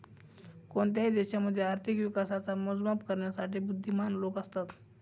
कोणत्याही देशामध्ये आर्थिक विकासाच मोजमाप करण्यासाठी बुध्दीमान लोक असतात